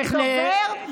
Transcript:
לפני דקה,